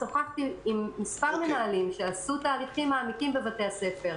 שוחחתי עם מספר מנהלים שעשו תהליכים אמיתיים בבתי הספר.